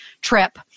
trip